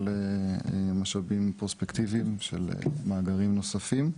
משאבים פרוספקטיביים של מאגרים נוספים,